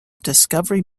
discovery